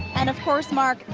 and, of course, mark,